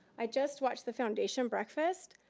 i just watched the foundation breakfast.